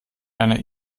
einer